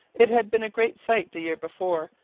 it had been a great sight the year before,